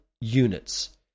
units